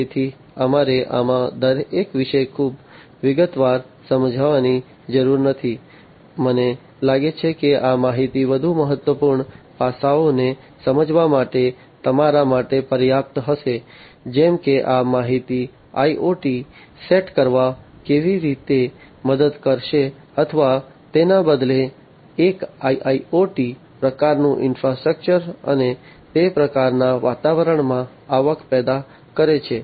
તેથી અમારે આમાંના દરેક વિશે ખૂબ વિગતવાર સમજવાની જરૂર નથી મને લાગે છે કે આ માહિતી વધુ મહત્વપૂર્ણ પાસાઓને સમજવા માટે તમારા માટે પર્યાપ્ત હશે જેમ કે આ માહિતી IOT સેટ કરવામાં કેવી રીતે મદદ કરશે અથવા તેના બદલે એક IIOT પ્રકારનું ઈન્ફ્રાસ્ટ્રક્ચર અને તે પ્રકારના વાતાવરણમાં આવક પેદા કરે છે